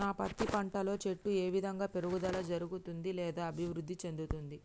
నా పత్తి పంట లో చెట్టు ఏ విధంగా పెరుగుదల జరుగుతుంది లేదా అభివృద్ధి చెందుతుంది?